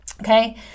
Okay